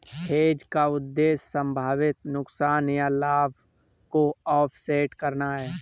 hedge का उद्देश्य संभावित नुकसान या लाभ को ऑफसेट करना है